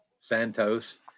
santos